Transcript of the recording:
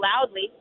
loudly